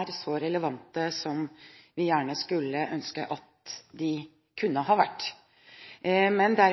er så relevante som vi gjerne skulle ønske at de kunne ha vært, men det